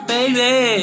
Baby